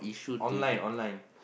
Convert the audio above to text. online online